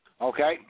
Okay